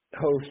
host